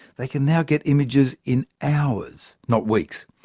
they can now get images in hours, not weeks.